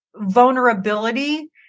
vulnerability